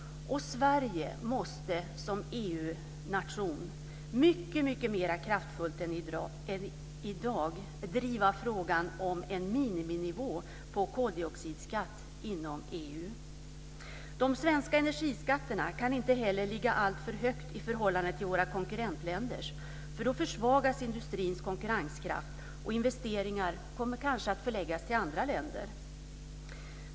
Sverige måste som EU-nation mycket mer kraftfullt än i dag driva frågan om en miniminivå på koldioxidskatt inom EU. De svenska energiskatterna kan inte heller ligga alltför högt i förhållande till våra konkurrentländers, för då försvagas industrins konkurrenskraft och investeringar kommer kanske att förläggas till andra länder.